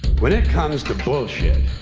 when it comes to bullshit,